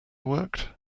worked